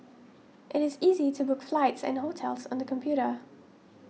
it is easy to book flights and hotels on the computer